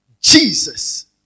Jesus